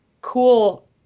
cool